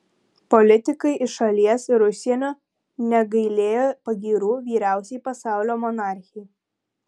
politikai iš šalies ir užsienio negailėjo pagyrų vyriausiai pasaulio monarchei